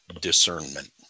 discernment